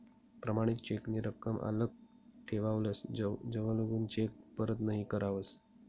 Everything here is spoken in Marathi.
प्रमाणित चेक नी रकम आल्लक ठेवावस जवलगून चेक परत नहीं करावस